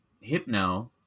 Hypno